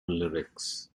lyrics